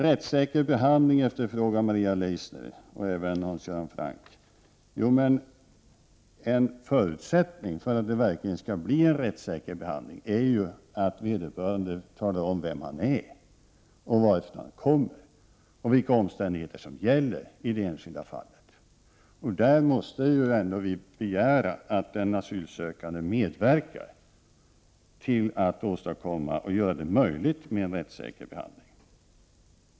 Rättssäker behandling efterfrågar Maria Leissner och även Hans Göran Franck. En förutsättning för att det verkligen skall bli en rättssäker behandling är ju att vederbörande talar om vem han är, varifrån han kommer och vilka omständigheter som gäller i det enskilda fallet. Vi måste begära att den asylsökande medverkar till att göra det möjligt med en rättssäker behandling.